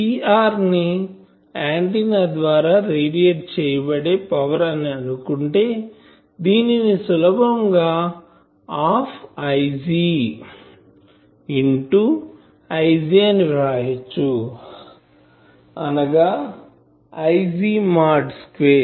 Pr ని antenna ద్వారా radiate చేయబడే పవర్ అని అనుకుంటే దీనిని సులభం గా half Ig half Ig into Ig అని వ్రాయవచ్చు అనగా Ig మాడ్ స్క్వేర్